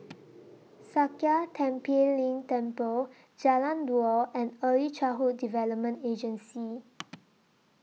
Sakya Tenphel Ling Temple Jalan Dua and Early Childhood Development Agency